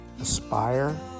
aspire